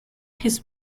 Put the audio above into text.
his